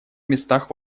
местах